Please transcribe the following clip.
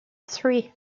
three